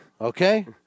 Okay